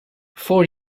for